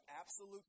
absolute